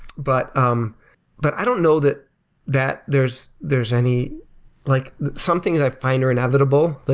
but um but i don't know that that there's there's any like some things i find are inevitable.